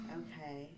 okay